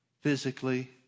physically